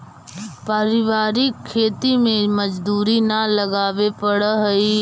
पारिवारिक खेती में मजदूरी न लगावे पड़ऽ हइ